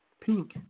pink